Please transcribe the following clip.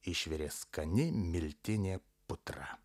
išvirė skani miltinė putra